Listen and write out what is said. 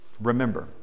remember